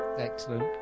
Excellent